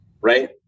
right